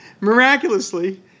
miraculously